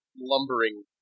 lumbering